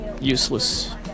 useless